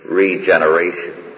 regeneration